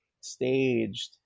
staged